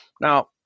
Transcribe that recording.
Now